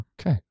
Okay